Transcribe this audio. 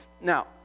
Now